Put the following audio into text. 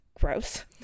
gross